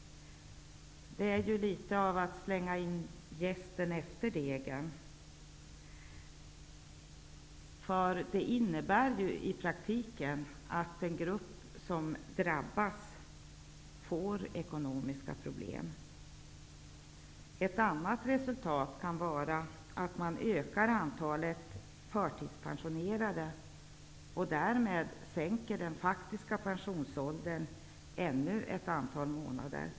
Det är ju som att kasta jästen efter brödet. Det här innebär i praktiken att den grupp som drabbas får ekonomiska problem. Ett annat resultat kan bli att antalet förtidspensionärer ökar, och därmed sänks den faktiska pensionsåldern ännu ett antal månader.